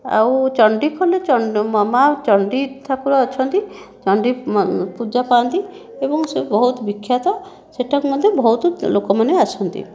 ଆଉ ଚଣ୍ଡୀଖୋଲ ମା' ଚଣ୍ଡୀ ଠାକୁର ଅଛନ୍ତି ଚଣ୍ଡୀ ପୂଜା ପାଆନ୍ତି ଏବଂ ସେ ବହୁତ ବିଖ୍ୟାତ ସେଠାକୁ ମଧ୍ୟ ବହୁତ ଲୋକମାନେ ଆସନ୍ତି